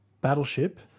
battleship